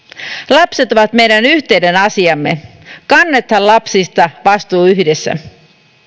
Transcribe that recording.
lapset ovat meidän yhteinen asiamme kannetaan lapsista vastuu yhdessä